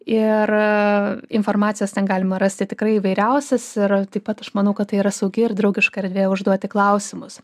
ir informacijos ten galima rasti tikrai įvairiausios ir taip pat aš manau kad tai yra saugi ir draugiška erdvė užduoti klausimus